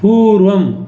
पूर्वम्